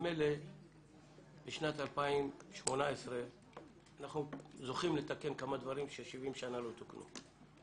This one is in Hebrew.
ממילא בשנת 2018 אנחנו זוכים לתקן כמה דברים ש-70 שנה לא תוקנו.